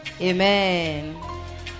Amen